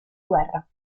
guerra